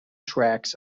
tracks